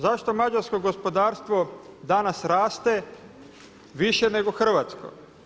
Zašto mađarsko gospodarstvo danas raste više nego hrvatsko?